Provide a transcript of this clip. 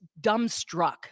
dumbstruck